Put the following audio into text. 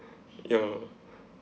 ya